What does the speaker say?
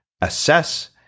assess